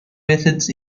methods